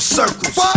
circles